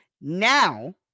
Now